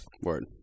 Word